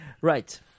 right